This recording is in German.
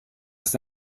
ist